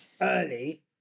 early